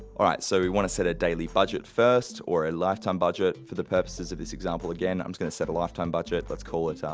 alright, so we wanna set a daily budget first or a lifetime budget for the purposes of this example again, i'm just gonna set a lifetime budget, let's call it, um